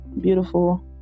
beautiful